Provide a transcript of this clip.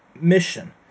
mission